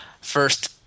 first